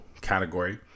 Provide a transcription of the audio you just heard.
category